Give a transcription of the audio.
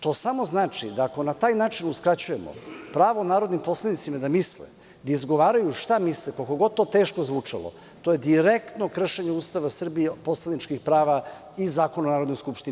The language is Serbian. To samo znači da ako na taj način uskraćujemo pravo narodnim poslanicima da misle, da izgovaraju šta misle, koliko god to teško zvučalo, to je direktno kršenje Ustava Srbije, poslaničkih prava i Zakona o Narodnoj skupštini.